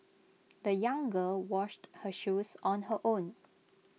the young girl washed her shoes on her own